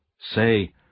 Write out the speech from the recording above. Say